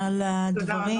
על הדברים.